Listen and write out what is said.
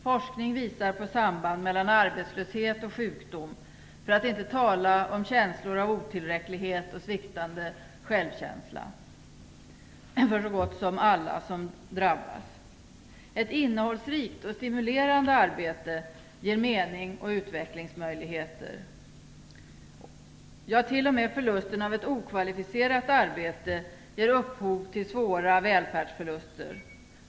Forskning visar på samband mellan arbetslöshet och sjukdom, för att inte tala om känslor av otillräcklighet och sviktande självkänsla för så gott som alla som drabbas. Ett innehållsrikt och stimulerande arbete ger mening och utvecklingsmöjligheter. Ja, t.o.m. förlusten av ett okvalificerat arbete ger upphov till svåra välfärdsförluster.